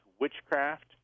witchcraft